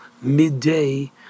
midday